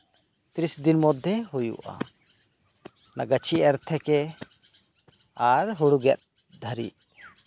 ᱛᱤᱨᱤᱥ ᱫᱤᱱ ᱢᱚᱫᱽᱫᱷᱮ ᱦᱩᱭᱩᱜᱼᱟ ᱜᱟᱹᱪᱷᱤ ᱮᱨ ᱛᱷᱮᱠᱮ ᱟᱨ ᱦᱩᱲᱩ ᱮᱨ ᱫᱷᱟᱹᱵᱤᱡ